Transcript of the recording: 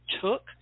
took